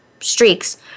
streaks